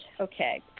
Okay